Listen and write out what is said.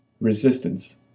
resistance